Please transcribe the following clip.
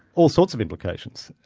all sorts of implications.